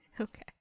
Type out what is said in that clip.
Okay